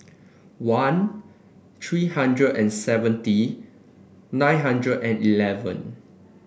one three hundred and seventy nine hundred and eleven